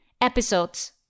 episodes